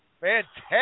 Fantastic